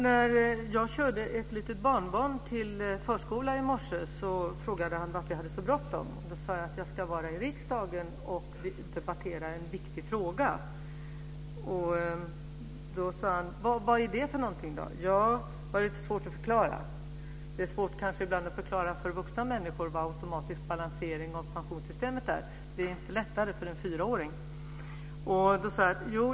När jag körde ett litet barnbarn till förskolan i morse frågade han varför jag hade så bråttom. Jag sade att jag skulle vara i riksdagen och debattera en viktig fråga. Vad är det för något?, frågade han. Det var lite svårt att förklara. Det är ibland kanske svårt att förklara för vuxna människor vad automatisk balansering av pensionssystemet är, och det är inte lättare för en fyraåring.